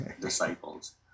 disciples